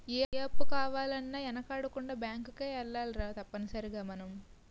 ఏ అప్పు కావాలన్నా యెనకాడకుండా బేంకుకే ఎల్లాలిరా తప్పనిసరిగ మనం